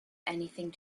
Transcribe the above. anything